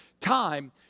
time